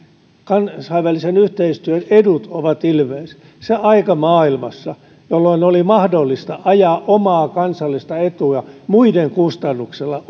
kansainvälisen yhteistyön edut ovat ilmeiset maailmassa on ohi se aika jolloin oli mahdollista ajaa omaa kansallista etuaan muiden kustannuksella